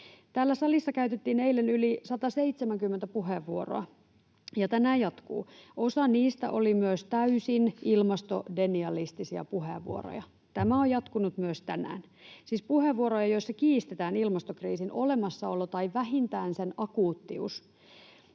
Täällä salissa käytettiin eilen yli 170 puheenvuoroa, ja tänään jatkuu. Osa niistä oli myös täysin ilmastodenialistisia puheenvuoroja — tämä on jatkunut myös tänään —, siis puheenvuoroja, joissa kiistetään ilmastokriisin olemassaolo tai vähintään sen akuuttius.